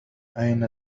أين